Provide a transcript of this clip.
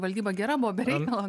valdyba gera buvo be reikalo